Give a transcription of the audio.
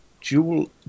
dual